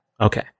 Okay